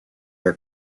are